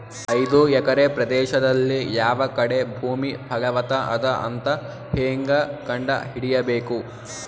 ಐದು ಎಕರೆ ಪ್ರದೇಶದಲ್ಲಿ ಯಾವ ಕಡೆ ಭೂಮಿ ಫಲವತ ಅದ ಅಂತ ಹೇಂಗ ಕಂಡ ಹಿಡಿಯಬೇಕು?